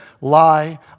Lie